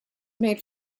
made